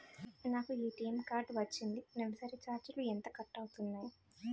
నాకు ATM card వచ్చింది నెలసరి ఛార్జీలు ఎంత కట్ అవ్తున్నాయి?